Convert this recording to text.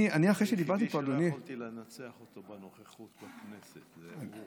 היחידי שלא יכולתי לנצח אותו בנוכחות בכנסת זה הוא.